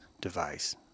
device